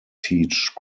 teach